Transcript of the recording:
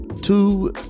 two